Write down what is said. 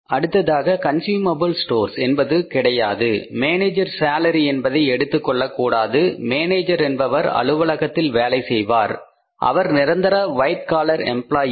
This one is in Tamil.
அடுத்ததாக கன்ஸ்யூமபில் ஸ்டோர்ஸ் என்பது கிடையாது மேனேஜர் சேலரி என்பதை எடுத்துக் கொள்ளக் கூடாது மேனேஜர் என்பவர் அலுவலகத்தில் வேலை செய்வார் அவர் நிரந்தர வைட் காலர் எம்ப்ளாயி